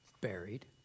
buried